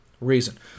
Reason